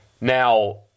Now